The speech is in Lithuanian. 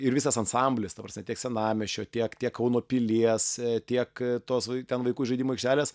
ir visas ansamblis ta prasme tiek senamiesčio tiek tiek kauno pilies tiek tos ten vaikų žaidimų aikštelės